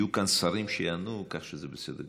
יהיו כאן שרים שיענו, כך שזה בסדר גמור.